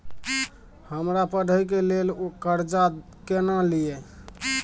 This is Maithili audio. हमरा पढ़े के लेल कर्जा केना लिए?